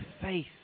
Faith